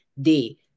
Day